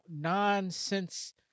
nonsense